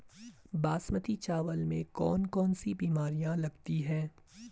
बासमती चावल में कौन कौन सी बीमारियां लगती हैं?